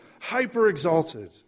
hyper-exalted